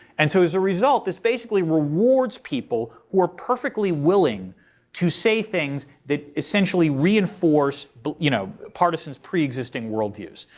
and so as a result, this basically rewards people who are perfectly willing to say things that essentially reinforce but you know partisan's preexisting worldviews.